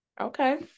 Okay